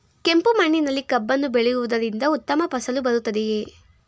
ಕೆಂಪು ಮಣ್ಣಿನಲ್ಲಿ ಕಬ್ಬನ್ನು ಬೆಳೆಯವುದರಿಂದ ಉತ್ತಮ ಫಸಲು ಬರುತ್ತದೆಯೇ?